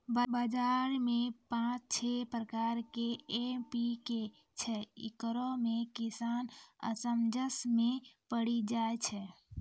बाजार मे पाँच छह प्रकार के एम.पी.के छैय, इकरो मे किसान असमंजस मे पड़ी जाय छैय?